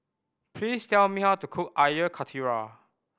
please tell me how to cook Air Karthira